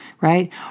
right